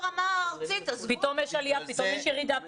פתאום יש עלייה, פתאום ירידה.